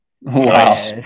wow